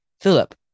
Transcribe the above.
Philip